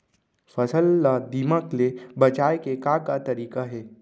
फसल ला दीमक ले बचाये के का का तरीका हे?